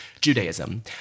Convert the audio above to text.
Judaism